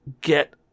get